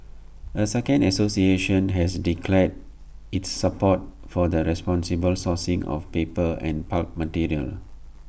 A second association has declared its support for the responsible sourcing of paper and pulp material